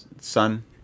son